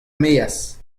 maez